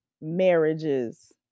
marriages